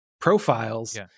profiles